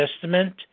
Testament